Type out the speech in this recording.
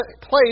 place